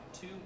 two